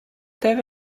there